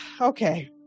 okay